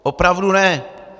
Opravdu ne.